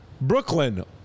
Brooklyn